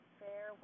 fair